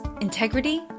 integrity